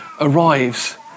arrives